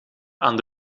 aan